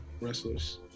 wrestlers